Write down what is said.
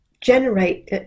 generate